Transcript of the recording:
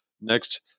next